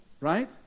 right